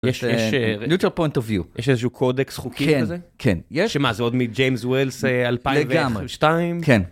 יש neutral point of view. יש איזה שהוא קודקס חוקי כזה? כן כן, יש. שמה זה עוד מג'יימס ווילס אלפיים בערך? לגמרי. ושתיים. כן.